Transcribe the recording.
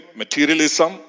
materialism